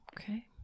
Okay